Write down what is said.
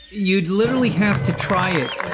you'd literally have to try it.